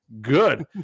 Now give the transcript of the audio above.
Good